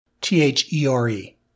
T-H-E-R-E